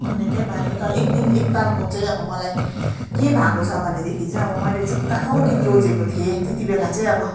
अब निकै बानी भयो तर एकदिन एकतालको चाहिँ अब मलाई के भएको छ भनेदेखि चाहिँ अब मैले चाहिँ पुरानो गीत रोजेको थिएँ त्यतिबेला चाहिँ अब